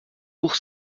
pour